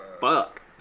fuck